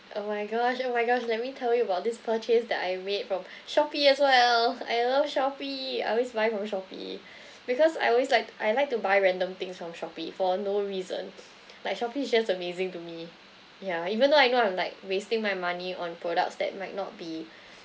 oh my gosh oh my gosh let me tell you about this purchase that I made from Shopee as well I love Shopee I always buy from Shopee because I always like I like to buy random things from Shopee for no reason like Shopee is just amazing to me yeah even though I know I'm like wasting my money on products that might not be